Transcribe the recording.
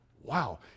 Wow